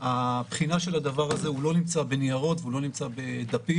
הבחינה של הדבר הזה לא נמצא בניירות ולא נמצא בדפים.